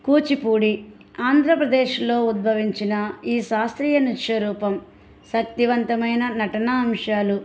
కూచిపూడి ఆంధ్రప్రదేశ్లో ఉద్భవించిన ఈ శాస్త్రీయ నృత్య రూపం శక్తివంతమైన నటనా అంశాలు